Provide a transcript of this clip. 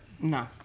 No